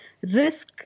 risk